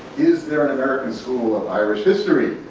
is there an american school of irish history,